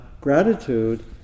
gratitude